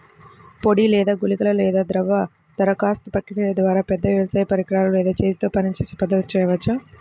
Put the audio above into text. పొడి లేదా గుళికల లేదా ద్రవ దరఖాస్తు ప్రక్రియల ద్వారా, పెద్ద వ్యవసాయ పరికరాలు లేదా చేతితో పనిచేసే పద్ధతులను చేయవచ్చా?